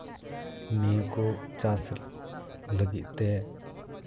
ᱱᱤᱭᱟᱹ ᱠᱚ ᱪᱟᱥ ᱞᱟᱹᱜᱤᱫ ᱛᱮ